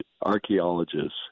archaeologists